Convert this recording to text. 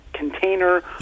Container